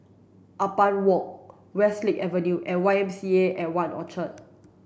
Ampang Walk Westlake Avenue and Y M C A at One Orchard